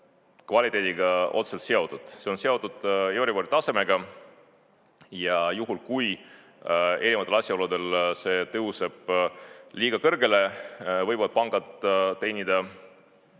kvaliteediga otseselt seotud, see on seotud eurobori tasemega. Ja juhul, kui erinevatel asjaoludel see tõuseb liiga kõrgele, võivad pangad teenida